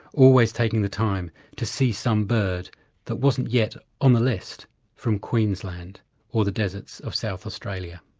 always taking the time to see some bird that wasn't yet on the list from queensland or the deserts of south australia.